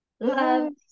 Love